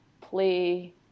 play